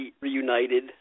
reunited